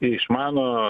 ir išmano